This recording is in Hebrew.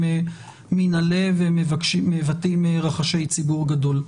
מן הלב והם מבטאים רחשי ציבור גדול,